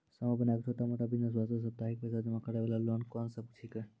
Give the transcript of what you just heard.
समूह बनाय के छोटा मोटा बिज़नेस वास्ते साप्ताहिक पैसा जमा करे वाला लोन कोंन सब छीके?